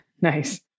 Nice